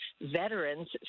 veterans